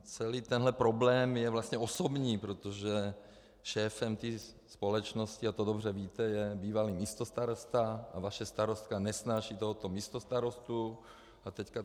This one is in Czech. Celý tento problém je vlastně osobní, protože šéfem té společnosti, a to dobře víte, je bývalý místostarosta a vaše starostka tohoto místostarostu nesnáší.